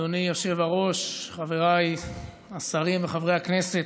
אדוני היושב-ראש, חבריי השרים וחברי הכנסת,